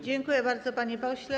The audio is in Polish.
Dziękuję bardzo, panie pośle.